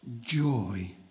joy